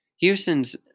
Houston's